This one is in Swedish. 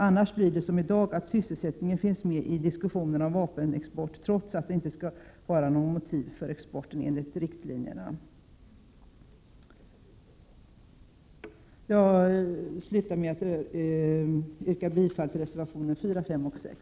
Annars blir det som i dag —- nämligen att sysselsättningen ständigt finns med i diskussionen om vapenexport, trots att den inte skall utgöra något motiv för export enligt riktlinjerna. Avslutningsvis yrkar jag bifall till reservationerna 4, 5 och 6.